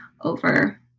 over